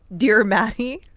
dear maddie.